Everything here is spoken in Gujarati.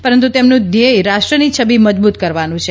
પરંતુ તેમનું ધ્યેય રાષ્ટ્રની છબી મજબૂત કરવાનું છે